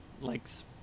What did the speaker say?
likes